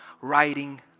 writing